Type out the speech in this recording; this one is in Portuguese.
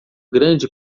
grande